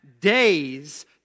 days